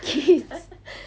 kids